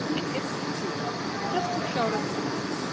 and kit took two just to show that he could.